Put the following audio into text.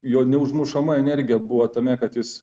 jo neužmušama energija buvo tame kad jis